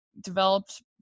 developed